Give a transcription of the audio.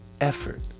effort